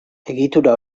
egitura